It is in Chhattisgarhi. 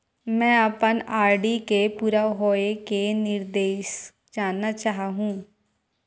मैं अपन आर.डी के पूरा होये के निर्देश जानना चाहहु